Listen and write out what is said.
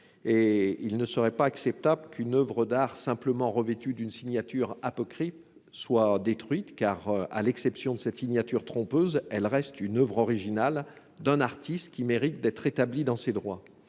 Il ne serait pas acceptable qu'une oeuvre d'art simplement revêtue d'une signature apocryphe soit détruite, car, à l'exception de cette signature trompeuse, elle reste l'oeuvre originale d'un artiste qui mérite d'être rétabli dans ses droits.